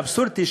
האבסורדי,